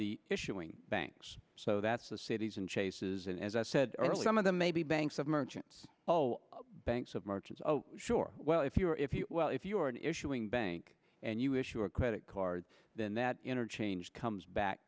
the issuing banks so that's the cities and chases and as i said earlier the maybe banks of merchants banks of merchants sure well if you're if you well if you're an issuing bank and you issue a credit card then that interchange comes back